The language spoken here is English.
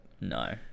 No